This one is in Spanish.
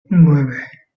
nueve